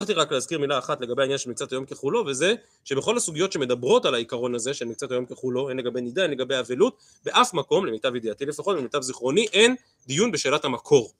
רציתי רק להזכיר מילה אחת לגבי העניין של מקצת היום ככולו וזה שבכל הסוגיות שמדברות על העיקרון הזה של מקצת היום ככולו, הן לגבי נידה הן לגבי אבלות, באף מקום למיטב ידיעתי לפחות, למיטב זיכרוני, אין דיון בשאלת המקור